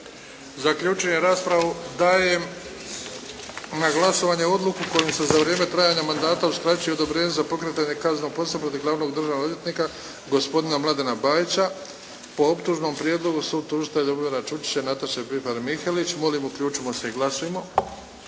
Zaključujem raspravu. Dajem na glasovanje kojom se za vrijeme trajanja mandata uskraćuje odobrenje za pokretanje kaznenog postupka protiv Glavnog državnog odvjetnika, gospodina Mladena Bajića po optužnom prijedloga sutužitelja Ljubomira Čučića i Nataše Pifar Mihelić. Molim uključimo se i glasujmo.